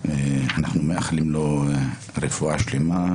אנחנו מאחלים לו רפואה שלמה,